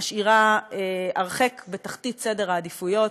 היא משאירה הרחק בתחתית סדר העדיפויות,